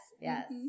Yes